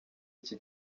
iki